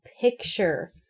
picture